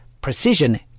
precision